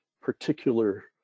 particular